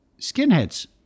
skinheads